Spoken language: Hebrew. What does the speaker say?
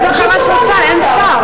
את יכולה לדבר כמה שאת רוצה, אין שר.